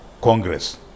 Congress